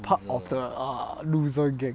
part of the ah loser gig